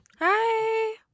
Hi